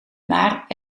maar